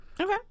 Okay